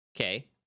okay